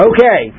Okay